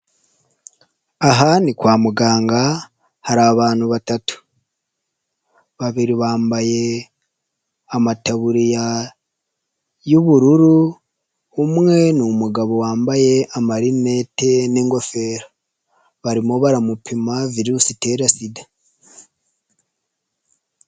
Aha ni kwa muganga hari abantu batatu, babiri bambaye amataburi y'ubururu, umwe ni umugabo wambaye amarinete n'ingofero, barimo baramupima virusi itera sida.